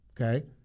Okay